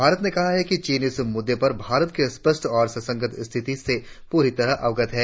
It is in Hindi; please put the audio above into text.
भारत ने कहा है कि चीन इस मुद्दे पर भारत के स्पष्ट और ससंगत स्थिति से पूरी तरह अवगत है